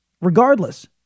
Regardless